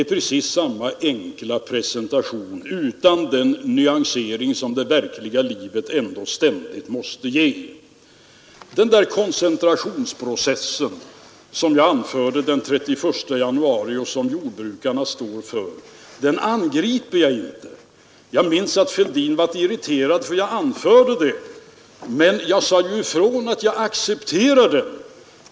Men om man som herr Bohman skriver motioner om att ingen marginalskatt borde få överstiga 50 procent av inkomsten, ställer man ut en växel på att statskassan kommer att bli av med en enormt stor summa pengar. 500 miljoner första året och 2 000 miljoner som sluteffekt.